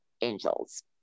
angels